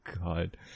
God